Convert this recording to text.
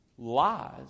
lies